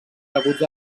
deguts